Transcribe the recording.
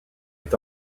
est